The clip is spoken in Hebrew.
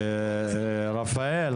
רפאל,